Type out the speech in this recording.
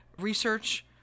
research